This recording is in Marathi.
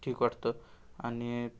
ठीक वाटतं आणि